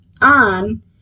on